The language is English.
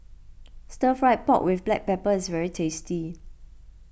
Stir Fried Pork with Black Pepper is very tasty